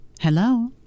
Hello